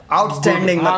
outstanding